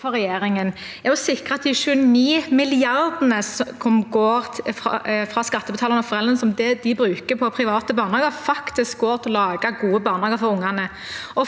for regjeringen er å sikre at de 29 mrd. kr som går fra skattebetalende foreldre og blir brukt på private barnehager, faktisk går til å lage gode barnehager for ungene.